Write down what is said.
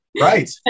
Right